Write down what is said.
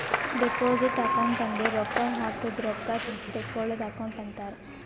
deposit account ಅಂದುರ್ ರೊಕ್ಕಾ ಹಾಕದ್ ರೊಕ್ಕಾ ತೇಕ್ಕೋಳದ್ ಅಕೌಂಟ್ ಅಂತಾರ್